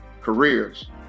careers